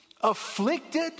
afflicted